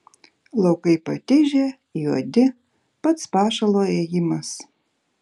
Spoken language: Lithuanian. laukai patižę juodi pats pašalo ėjimas